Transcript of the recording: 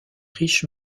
riche